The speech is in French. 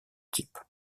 type